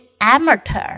amateur